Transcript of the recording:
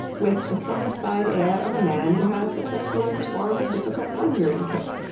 with the satisfied air of a man who has successfully performed a difficult conjuring trick.